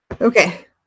Okay